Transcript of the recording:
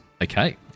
Okay